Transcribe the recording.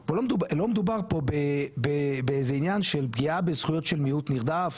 פה לא לא מדובר פה באיזה עניין של פגיעה בזכויות של מיעוט נרדף,